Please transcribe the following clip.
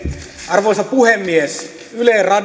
arvoisa puhemies yle